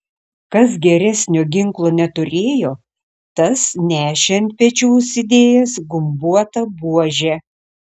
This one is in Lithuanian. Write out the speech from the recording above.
kas geresnio ginklo neturėjo tas nešė ant pečių užsidėjęs gumbuotą buožę